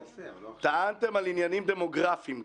אתם טענתם גם על עניינים דמוגרפיים.